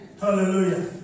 Hallelujah